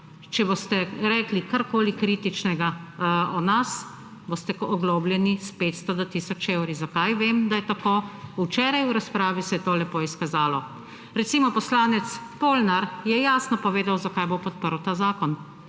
če boste rekli karkoli kritičnega o nas, boste oglobljeni s 500 do tisoč evri? Zakaj vem, da je tako? Včeraj v razpravi se je to lepo izkazalo. Recimo poslanec Polnar je jasno povedal, zakaj bo podprl ta zakon.